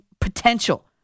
potential